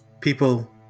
People